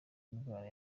bw’indwara